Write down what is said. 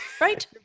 Right